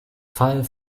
fall